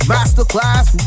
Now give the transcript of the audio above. Masterclass